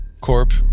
Corp